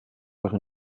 par